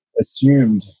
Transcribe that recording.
assumed